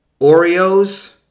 Oreos